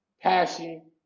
passion